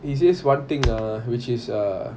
it says one thing uh which is err